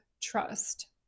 trust